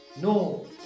No